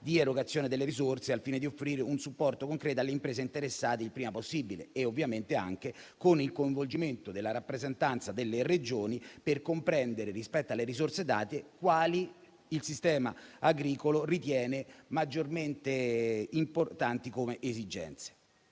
di erogazione delle risorse, al fine di offrire un supporto concreto alle imprese interessate il prima possibile, ovviamente anche con il coinvolgimento della rappresentanza delle Regioni, per comprendere, rispetto alle risorse date, quali il sistema agricolo ritiene maggiormente importanti come esigenze.